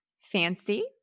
fancy